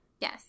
Yes